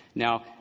now,